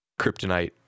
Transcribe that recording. kryptonite